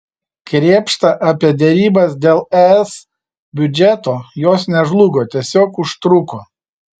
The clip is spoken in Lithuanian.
krėpšta apie derybas dėl es biudžeto jos nežlugo tiesiog užtruko